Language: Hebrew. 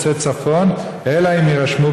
בחשוון תשע"ט,